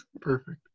perfect